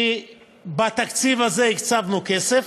בתקציב הזה הקצבנו כסף,